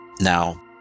now